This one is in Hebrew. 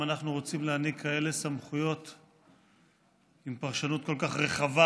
אם אנחנו רוצים להעניק כאלה סמכויות עם פרשנות כל כך רחבה,